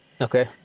Okay